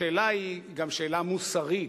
השאלה היא גם שאלה מוסרית,